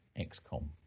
XCOM